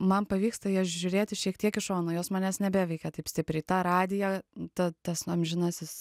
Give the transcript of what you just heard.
man pavyksta į jas žiūrėti šiek tiek į šoną jos manęs nebeveikia taip stipriai tą radiją ta tas nu amžinasis